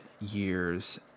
years